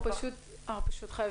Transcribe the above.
אנחנו חייבים לסיים.